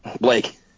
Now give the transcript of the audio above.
Blake